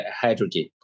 hydrogen